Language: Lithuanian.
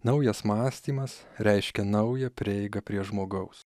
naujas mąstymas reiškia naują prieigą prie žmogaus